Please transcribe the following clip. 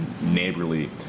neighborly